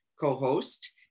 co-host